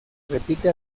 repite